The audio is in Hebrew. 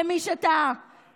למי שתהה.